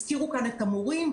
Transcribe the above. הזכירו כאן את המורים,